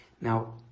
Now